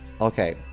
Okay